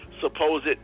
supposed